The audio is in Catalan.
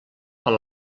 per